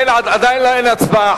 עדיין אין הצבעה.